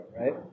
right